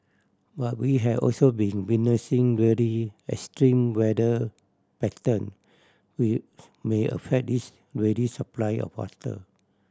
but we have also been witnessing really extreme weather pattern with may affect this ready supply of water